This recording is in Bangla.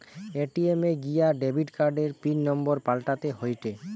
এ.টি.এম এ গিয়া ডেবিট কার্ডের পিন নম্বর পাল্টাতে হয়েটে